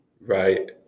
right